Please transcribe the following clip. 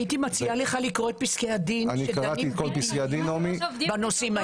הייתי מציעה לך לקרוא את פסקי הדין שדנים בדיוק בנושאים האלה.